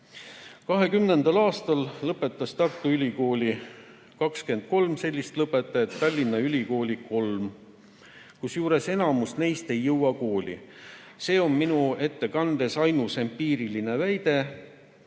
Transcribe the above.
2020. aastal lõpetas Tartu Ülikooli 23 sellist lõpetajat, Tallinna Ülikooli kolm, kusjuures enamik neist ei jõua kooli. See on minu ettekandes ainus empiiriline väide.